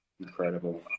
Incredible